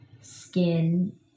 skin